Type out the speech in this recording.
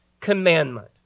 commandment